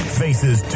faces